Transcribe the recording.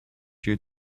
due